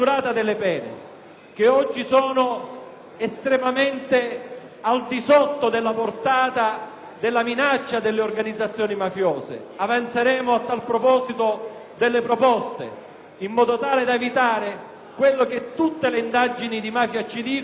estremamente al di sotto della portata della minaccia delle organizzazioni mafiose. Avanzeremo a tal proposito delle proposte in modo tale da evitare quello che tutte le indagini di mafia ci dicono, cioè che dopo pochi anni